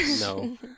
No